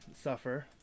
suffer